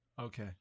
Okay